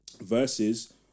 versus